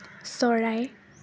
চৰাই